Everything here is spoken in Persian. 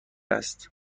است